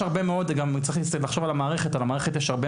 צריך לחשוב גם על המערכת יש עליה הרבה